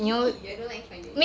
!ee! I don't like finance